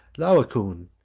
laocoon,